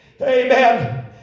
amen